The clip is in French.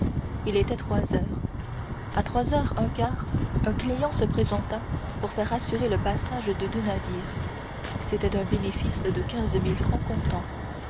il était trois heures à trois heures un quart un client se présenta pour faire assurer le passage de deux navires c'était un bénéfice de quinze mille francs comptant